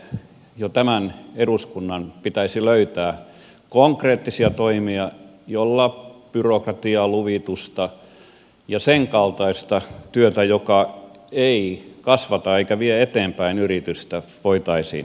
jo tämän eduskunnan pitäisi löytää konkreettisia toimia joilla byrokratialuvitusta ja sen kaltaista työtä joka ei kasvata eikä vie eteenpäin yritystä voitaisiin vähentää